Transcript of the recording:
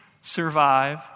survive